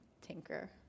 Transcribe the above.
tinker